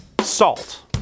salt